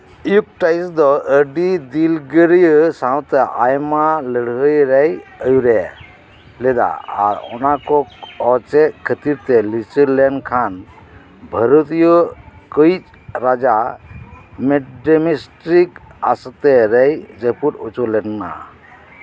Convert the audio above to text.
ᱤᱯ ᱴᱟᱭᱤᱥ ᱫᱚ ᱟᱹᱰᱤ ᱫᱤᱞ ᱜᱟᱹᱨᱤᱭᱟᱹ ᱥᱟᱶᱛᱮ ᱟᱭᱢᱟ ᱞᱟᱹᱲᱦᱟᱹᱭ ᱨᱮᱭ ᱟᱹᱭᱩᱨᱮ ᱞᱮᱫᱟ ᱟᱨ ᱚᱱᱟᱠᱚ ᱪᱮᱫ ᱠᱷᱟᱹᱛᱤᱨ ᱛᱮ ᱞᱤᱪᱟᱹᱲ ᱞᱮᱱᱠᱷᱟᱱ ᱵᱷᱟᱨᱚᱛᱤᱭᱟᱹ ᱠᱚᱭᱤᱡ ᱨᱟᱡᱟ ᱢᱮᱜᱽᱰᱮᱢᱮᱥ ᱴᱨᱤᱠ ᱟᱥᱛᱮᱨᱮᱭ ᱡᱟᱹᱯᱩᱫ ᱦᱚᱪᱚᱞᱮᱱᱟ